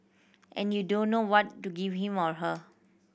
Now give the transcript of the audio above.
and you don't know what to give him or her